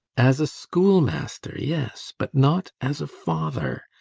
as a schoolmaster, yes but not as a father.